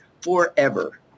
Forever